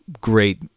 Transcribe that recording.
great